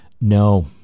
No